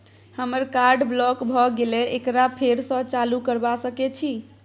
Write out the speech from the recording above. हमर card block भ गेले एकरा फेर स चालू करबा सके छि?